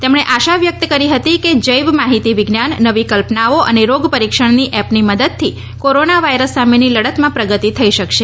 તેમણે આશા વ્યક્ત કરી હતી કે જૈવ માહિતી વિજ્ઞાન નવી કલ્પનાઓ અને રોગ પરિક્ષણની એપની મદદથી કોરોના વાયરસ સામેની લડતમાં પ્રગતિ થઈ શકશે